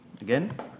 again